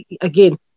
again